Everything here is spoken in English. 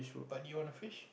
but do you wanna fish